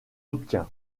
obtient